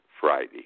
friday